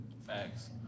Facts